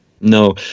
No